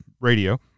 radio